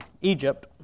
Egypt